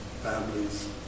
Families